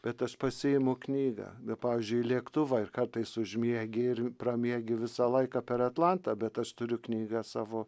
bet aš pasiimu knygą be pavyzdžiui lėktuvą ir kartais užmiegi ir pramiegi visą laiką per atlantą bet aš turiu knygą savo